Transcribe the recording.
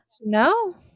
No